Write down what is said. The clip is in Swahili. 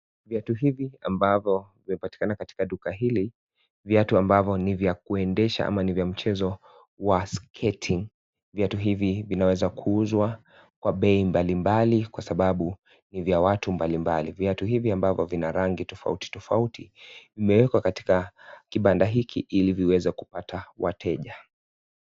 Viatu hivi ambavyo vinapatikana katika duka hili viatu ambavyo ni vya kuendesha ama ni vya mchezo wa (cs) skating (cs) viatu hivi vinaweza kuuzwa kwa bei mbalimbali kwa sababu ni vya watu mbalimbali viatu hivi ambavyo vina rangi tofauti tofauti vimewekwa katika kibanda hiki ili viweze kupata wateja